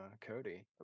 cody